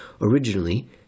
Originally